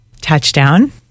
Touchdown